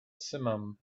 simum